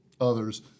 others